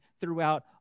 throughout